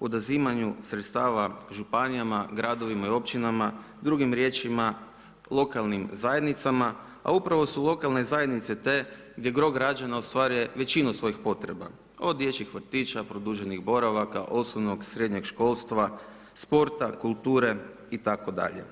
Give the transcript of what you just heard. oduzimanju sredstava županijama, gradovima i općinama, drugim riječima lokalnim zajednicama, a upravo su lokalne zajednice te gdje gro građana ostvaruje većinu svojih potreba, od dječjih vrtića, produženih boravaka, osnovnog, srednjeg školstva, sporta, kulture itd.